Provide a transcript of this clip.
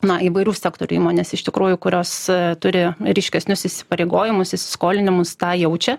na įvairių sektorių įmonės iš tikrųjų kurios turi ryškesnius įsipareigojimus įsiskolinimus tą jaučia